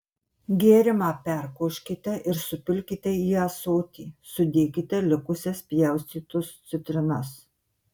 gėrimą perkoškite ir supilkite į ąsotį sudėkite likusias pjaustytus citrinas